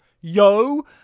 yo